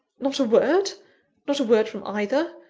not a word not a word from either?